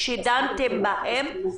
ודנתם בהן,